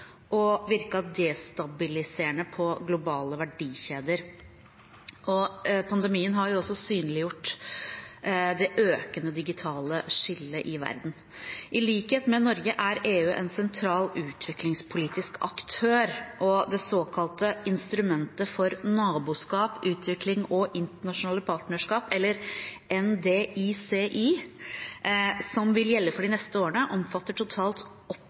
og har virket destabiliserende på globale verdikjeder. Pandemien har også synliggjort det økende digitale skillet i verden. I likhet med Norge er EU en sentral utviklingspolitisk aktør, og det såkalte instrumentet for naboskap, utvikling og internasjonale partnerskap, eller NDICI, som vil gjelde for de neste årene, omfatter totalt